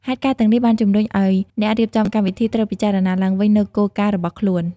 ហេតុការណ៍ទាំងនេះបានជំរុញឱ្យអ្នករៀបចំកម្មវិធីត្រូវពិចារណាឡើងវិញនូវគោលការណ៍របស់ខ្លួន។